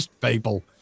people